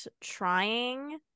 trying